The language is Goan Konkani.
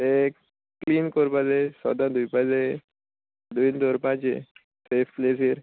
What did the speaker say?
ते क्लीन कोरपा जाय सोदां धुवपाचें धुयन दवरपाचें सेफ प्लेसीर